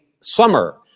summer